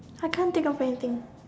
I can't think of anything